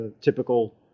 typical